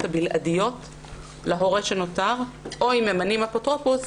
הבלעדיות להורה שנותר או אם ממנים אפוטרופוס,